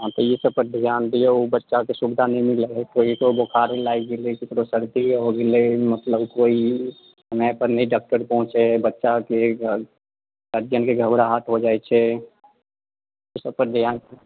हँ तऽ ई सभ पर ध्यान दियौ बच्चाके सुविधा नहि मिलैत हय ककरो बुखार लागि गेलै ककरो सर्दी हो गेलै मतलब केओ समय पर नहि डॉक्टर पहुँचैत हय बच्चाके गार्जियनके घबराहट हो जाइत छै ई सभ पर ध्यान